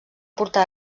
portar